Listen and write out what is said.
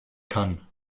kann